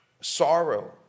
sorrow